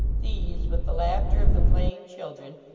these, with the laughter of the playing children,